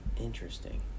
Interesting